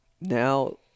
now